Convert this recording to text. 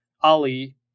Ali